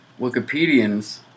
Wikipedians